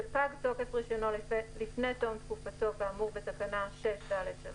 שפג תוקף רישיונו לפני תום תקופתו כאמור בתקנה 6(ד)(3),